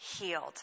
healed